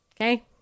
Okay